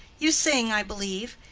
you sing, i believe.